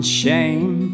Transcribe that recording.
shame